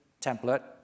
template